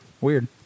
weird